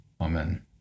Amen